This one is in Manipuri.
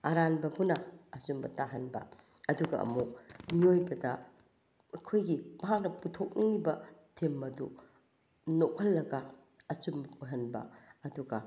ꯑꯔꯥꯟꯕꯕꯨꯅ ꯑꯆꯨꯝꯕ ꯇꯥꯍꯟꯕ ꯑꯗꯨꯒ ꯑꯃꯨꯛ ꯃꯤꯑꯣꯏꯕꯗ ꯑꯩꯈꯣꯏꯒꯤ ꯃꯍꯥꯛꯅ ꯄꯨꯊꯣꯛꯅꯤꯡꯉꯤꯕ ꯊꯤꯝ ꯑꯗꯨ ꯅꯣꯛꯍꯜꯂꯒ ꯑꯆꯨꯝꯕ ꯑꯣꯏꯍꯟꯕ ꯑꯗꯨꯒ